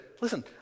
listen